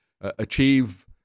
achieve